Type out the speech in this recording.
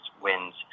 wins